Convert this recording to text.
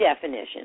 definition